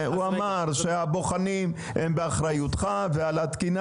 הוא אמר שהבוחנים הם באחריותך והתקינה